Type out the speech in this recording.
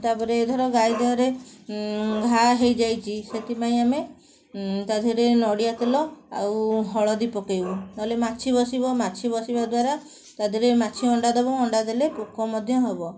ତା'ପରେ ଧର ଗାଈ ଦେହରେ ଘାଆ ହେଇଯାଇଛି ସେଥିପାଇଁ ଆମେ ତା'ଦେହରେ ନଡ଼ିଆତେଲ ଆଉ ହଳଦୀ ପକାଇବୁ ନହେଲେ ମାଛି ବସିବ ମାଛି ବସିବା ଦ୍ଵାରା ତା'ଦେହରେ ମାଛି ଅଣ୍ଡା ଦେବ ଅଣ୍ଡା ଦେଲେ ପୋକ ମଧ୍ୟ ହବ